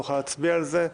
נוכל להצביע על זה.